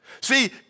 See